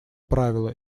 правила